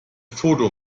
foto